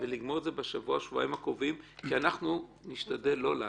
ולגמור את זה בשבוע-שבועיים הקרובים כי אנחנו נשתדל לא לעצור.